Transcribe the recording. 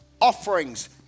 offerings